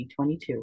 2022